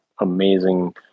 amazing